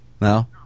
No